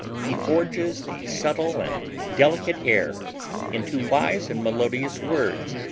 he forges the subtile and delicate air into wise and melodious words,